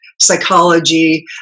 psychology